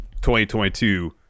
2022